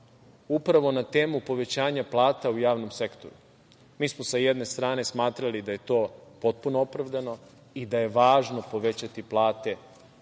Upravo na temu povećanja plata u javnom sektoru. Mi smo sa jedne strane smatrali da je to potpuno opravdano i da je važno povećati plate i da je